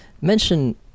Mention